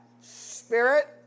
Spirit